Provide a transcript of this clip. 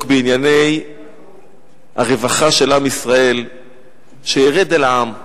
בענייני הרווחה של עם ישראל שירד אל העם,